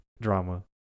drama